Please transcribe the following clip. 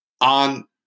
on